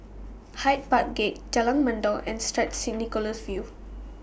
Hyde Park Gate Jalan Mendong and Street Nicholas View